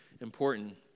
important